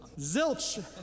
Zilch